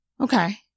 Okay